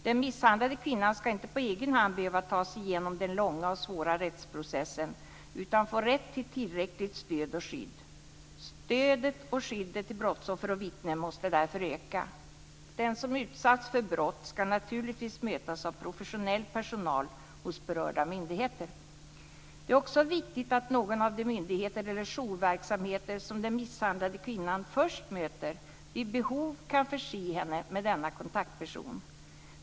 Den misshandlade kvinnan ska inte på egen hand behöva ta sig igenom en lång och svår rättsprocess utan att få rätt till tillräckligt stöd och skydd. Stödet och skyddet till brottsoffer och vittne måste därför öka. Den som utsatts för brott ska naturligtvis mötas av professionell personal hos berörda myndigheter. Det är också viktigt att någon av de myndigheter eller jourverksamheter som den misshandlade kvinnan först möter vid behov kan förse henne med denna kontaktperson.